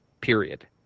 period